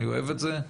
אני אוהב את זה.